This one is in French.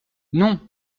non